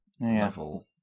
level